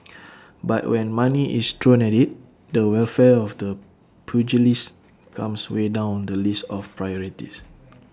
but when money is thrown at IT the welfare of the pugilists comes way down the list of priorities